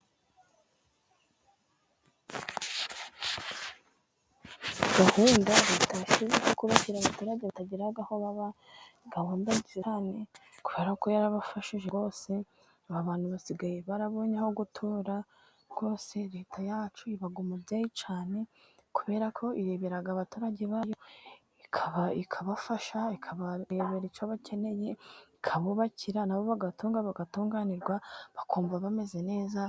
Gahunda leta yashyizeho yo kubakira abaturage batagira aho baba, gahunda zirane kubera ko yarabafashije bose abantu basigaye barabonye aho gutura, rwose leta yacu iba umubyeyi cyane, kubera ko irebera abaturage bayo, ikabafasha ikabarebera icyo bakeneye, ikabubakira nabo bagatunga bagatunganirwa bakumva bameze neza.